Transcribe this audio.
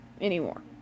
anymore